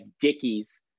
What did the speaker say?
Dickie's